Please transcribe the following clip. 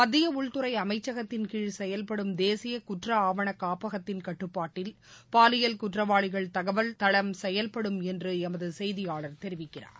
மத்திய உள்துறை அமைச்சகத்தின்கீழ் செயல்படும் தேசிய குற்ற ஆவண காப்பகத்தின் கட்டுப்பாட்டில் பாலியல் குற்றவாளிகள் தகவல் தளம் செயல்படும் என்று எமது செய்தியாளர் தெரிவிக்கிறார்